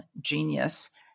genius